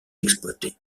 exploité